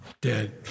dead